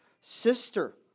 sister